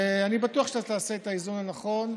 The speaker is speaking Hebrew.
ואני בטוח שאתה תעשה את האיזון הנכון.